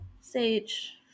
sage –